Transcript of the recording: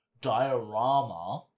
diorama